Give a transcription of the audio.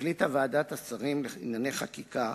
החליטה ועדת השרים לענייני חקיקה,